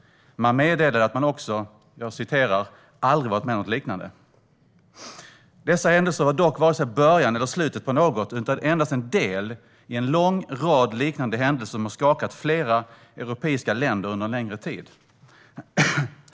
Man meddelade också att man "aldrig varit med om något liknande". Dessa händelser var dock inte vare sig början eller slutet på något, utan endast en del i en lång rad liknande händelser som har skakat flera europeiska länder under en längre tid.